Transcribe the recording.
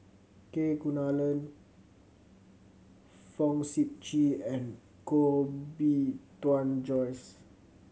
Kunalan Fong Sip Chee and Koh Bee Tuan Joyce